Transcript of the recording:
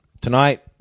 tonight